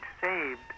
saved